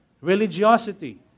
religiosity